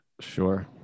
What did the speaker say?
Sure